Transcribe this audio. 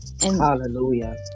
Hallelujah